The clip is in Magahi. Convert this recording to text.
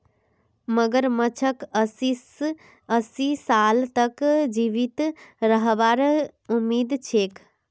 मगरमच्छक अस्सी साल तक जीवित रहबार उम्मीद छेक